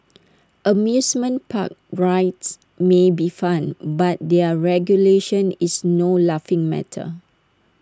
amusement park rides may be fun but their regulation is no laughing matter